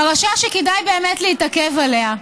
פרשה שכדאי באמת להתעכב עליה: